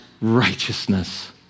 righteousness